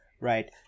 Right